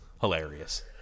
hilarious